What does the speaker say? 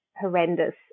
horrendous